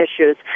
issues